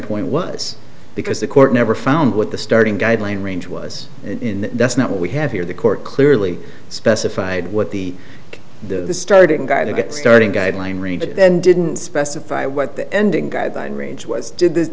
point was because the court never found what the starting guideline range was in that's not what we have here the court clearly specified what the the starting to get started guideline read and didn't specify what the ending guided by in range was did the